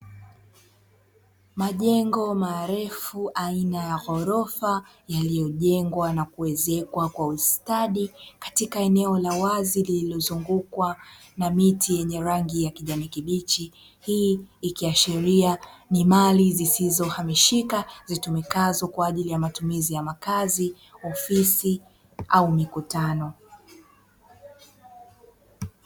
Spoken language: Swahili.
Majengo marefu aina ya ghorofa yaliyojengwa na kuezekwa kwa ustadi katika eneo la wazi lililozungukwa na miti yenye rangi ya kijani kibichi; hii ikiashiria ni mali zisizo hamishika zitumikazo kwaajili matumizi ya makazi, ofisi au mikutano.